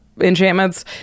enchantments